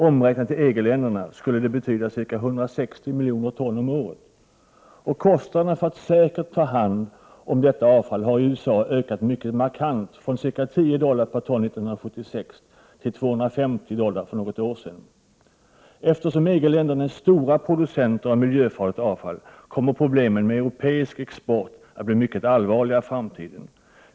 Omräknat till EG-ländernas förhållanden skulle detta betyda ca 160 miljoner ton per år. Kostnaderna för att ”säkert” ta hand om detta avfall har i USA ökat mycket markant, från ca 10 dollar per ton 1976 till 250 dollar för något år sedan. Eftersom EG-länderna är stora producenter av miljöfarligt avfall, kommer problemen med europeisk export att bli mycket allvarliga i framtiden.